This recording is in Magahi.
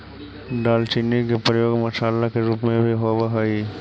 दालचीनी के प्रयोग मसाला के रूप में भी होब हई